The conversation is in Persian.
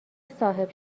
صاحب